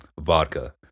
vodka